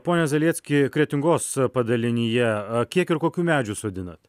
pone zalecki kretingos padalinyje kiek ir kokių medžių sodinat